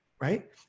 right